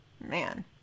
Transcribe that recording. Man